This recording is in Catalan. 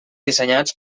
dissenyats